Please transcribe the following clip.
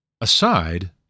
aside